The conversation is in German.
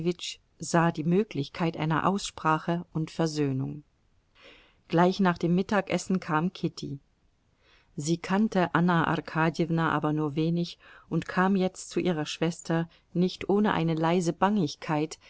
die möglichkeit einer aussprache und versöhnung gleich nach dem mittagessen kam kitty sie kannte anna arkadjewna aber nur wenig und kam jetzt zu ihrer schwester nicht ohne eine leise bangigkeit